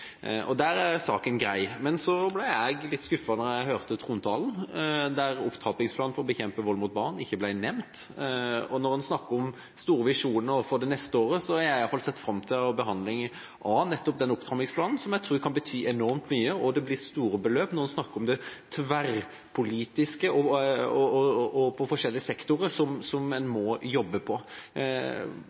være. Der er saken grei. Men så ble jeg litt skuffet da jeg hørte trontalen, der opptrappingsplanen for å bekjempe vold mot barn ikke ble nevnt. Når en snakker om store visjoner for det neste året, har jeg i hvert fall sett fram til behandlingen av nettopp denne opptrappingsplanen, som jeg tror kan bety enormt mye, og det blir store beløp når en snakker om det tverrpolitiske og de forskjellige sektorer som en må jobbe på.